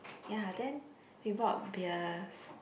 ya then we bought beers